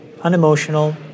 Unemotional